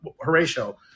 Horatio